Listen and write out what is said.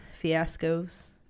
fiascos